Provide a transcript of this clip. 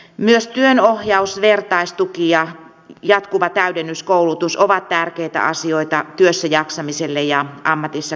myös työnohjaus vertaistuki ja jatkuva täydennyskoulutus ovat tärkeitä asioita työssäjaksamiselle ja ammatissa kehittymiselle